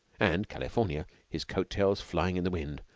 and california, his coat-tails flying in the wind,